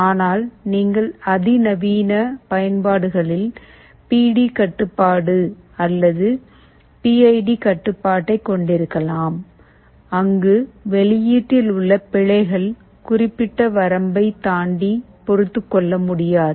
ஆனால் நீங்கள் அதிநவீன பயன்பாடுகளில் பி டி கட்டுப்பாடு அல்லது பி ஐ டி கட்டுப்பாட்டைக் கொண்டிருக்கலாம் அங்கு வெளியீட்டில் உள்ள பிழைகள் குறிப்பிட்ட வரம்பைத் தாண்டி பொறுத்துக்கொள்ள முடியாது